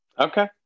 Okay